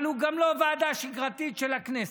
אבל הוא גם לא ועדה שגרתית של הכנסת,